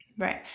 Right